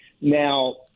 Now –